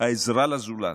העזרה לזולת,